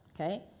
Okay